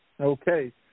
Okay